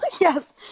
Yes